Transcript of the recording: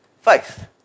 Faith